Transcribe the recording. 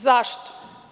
Zašto?